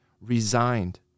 resigned